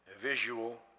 visual